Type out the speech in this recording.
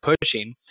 pushing